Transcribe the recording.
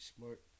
smart